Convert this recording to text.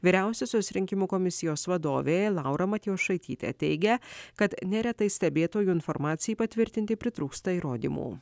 vyriausiosios rinkimų komisijos vadovė laura matjošaitytė teigia kad neretai stebėtojų informacijai patvirtinti pritrūksta įrodymų